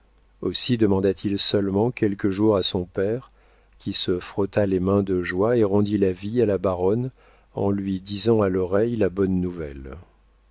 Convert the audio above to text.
aussi demanda-t-il seulement quelques jours à son père qui se frotta les mains de joie et rendit la vie à la baronne en lui disant à l'oreille la bonne nouvelle